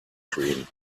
cream